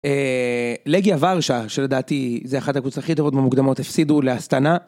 לגיה ורשה שלדעתי זו אחת הקבוצה הכי טובות במוקדמות הפסידו לאסטנה.